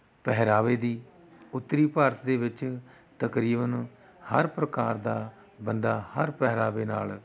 ਪਹਿਰਾਵੇ ਦੀ ਉੱਤਰੀ ਭਾਰਤ ਦੇ ਵਿੱਚ ਤਕਰੀਬਨ ਹਰ ਪ੍ਰਕਾਰ ਦਾ ਬੰਦਾ ਹਰ ਪਹਿਰਾਵੇ ਨਾਲ